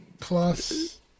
plus